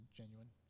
genuine